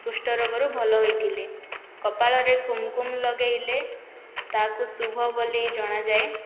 କୁଷ୍ଠ ରୋଗରୁ ଭଲ ହୋଇଥିଲେ କପାଳରେ କୁମକୁମ ଲଗେଇଲେ ତାକୁ ଶୁଭ ବୋଲି ଜଣାଯାଏ